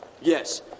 Yes